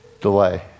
delay